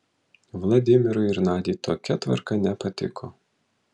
vladimirui ir nadiai tokia tvarka nepatiko